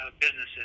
businesses